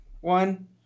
one